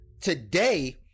today